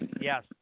yes